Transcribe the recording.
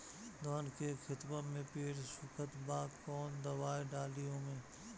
धान के खेतवा मे पेड़ सुखत बा कवन दवाई डाली ओमे?